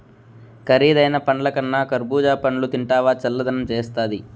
కరీదైన పండ్లకన్నా కర్బూజా పండ్లు తింటివా చల్లదనం చేస్తాది